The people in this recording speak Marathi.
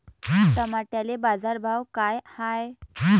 टमाट्याले बाजारभाव काय हाय?